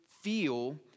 feel